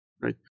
right